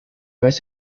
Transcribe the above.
vez